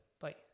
bye